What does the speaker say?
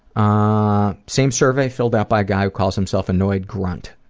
ah same survey filled out by a guy who calls himself annoyed grunt.